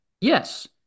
yes